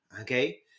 okay